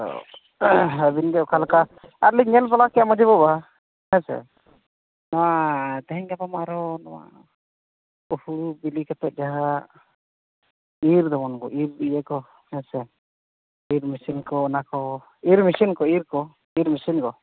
ᱟᱹᱵᱤᱱᱜᱮ ᱚᱠᱟᱞᱮᱠᱟ ᱟᱨᱞᱤᱧ ᱧᱮᱞᱵᱟᱲᱟᱠᱮᱫᱼᱟ ᱢᱟᱹᱡᱷᱤ ᱵᱟᱵᱟ ᱦᱮᱸ ᱥᱮ ᱱᱚᱣᱟ ᱛᱮᱦᱮᱧᱼᱜᱟᱯᱟ ᱢᱟ ᱟᱨᱦᱚᱸ ᱱᱚᱣᱟ ᱦᱳᱲᱳ ᱵᱤᱞᱤ ᱠᱟᱛᱮ ᱡᱟᱦᱟᱸ ᱤᱨᱻ ᱡᱮᱢᱚᱱ ᱠᱚ ᱤᱨᱻ ᱤᱭᱟᱹᱠᱚ ᱦᱮᱸ ᱥᱮ ᱤᱨᱻ ᱢᱮᱥᱤᱱ ᱠᱚ ᱚᱱᱟᱠᱚ ᱤᱨᱻ ᱢᱮᱥᱤᱱ ᱠᱚ ᱤᱭᱟᱹᱠᱚ ᱤᱨᱻ ᱢᱮᱥᱤᱱ ᱫᱚ